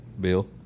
Bill